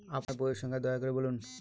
আপনার বইয়ের সংখ্যা দয়া করে বলুন?